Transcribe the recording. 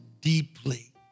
deeply